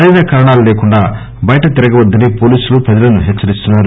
సరైన కారణాలు లేకుండా బయట తిరగవద్దని పోలీసులు ప్రజలను హెచ్చరిస్తున్నారు